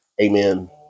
Amen